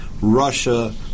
Russia